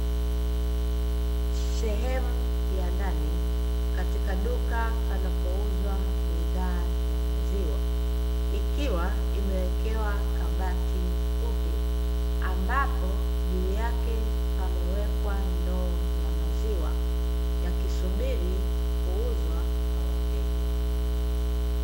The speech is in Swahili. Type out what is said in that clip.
Sehemu ya ndani katika duka panapouzwa bidhaa ya maziwa. Ikiwa imewekewa kabati fupi, ambapo juu yake pamewekwa ndoo ya maziwa yakisubiri kuuzwa kwa wateja.